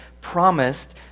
promised